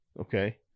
okay